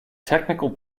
technical